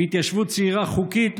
והתיישבות צעירה חוקית,